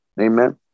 Amen